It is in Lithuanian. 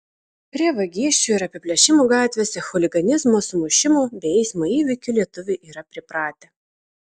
prie vagysčių ir apiplėšimų gatvėse chuliganizmo sumušimų bei eismo įvykių lietuviai yra pripratę